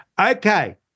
Okay